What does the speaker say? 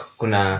kuna